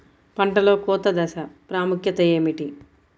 పంటలో కోత దశ ప్రాముఖ్యత ఏమిటి?